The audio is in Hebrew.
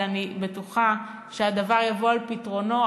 ואני בטוחה שהדבר יבוא על פתרונו,